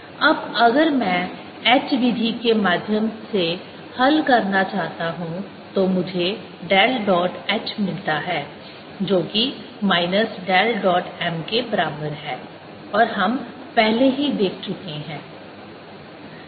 अब अगर मैं h विधि के माध्यम से हल करना चाहता हूं तो मुझे डेल डॉट h मिलता है जो कि माइनस डेल डॉट m के बराबर है और हम पहले ही देख चुके हैं